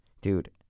Dude